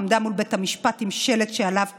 עמדה מול בית המשפט עם שלט שעליו כתוב: